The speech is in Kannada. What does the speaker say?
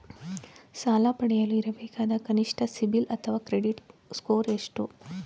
ಸಾಲ ಪಡೆಯಲು ಇರಬೇಕಾದ ಕನಿಷ್ಠ ಸಿಬಿಲ್ ಅಥವಾ ಕ್ರೆಡಿಟ್ ಸ್ಕೋರ್ ಎಷ್ಟು?